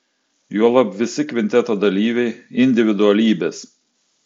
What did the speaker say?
juolab visi kvinteto dalyviai individualybės